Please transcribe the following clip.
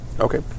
Okay